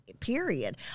Period